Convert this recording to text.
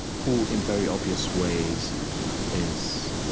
who in very obvious ways is,